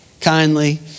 kindly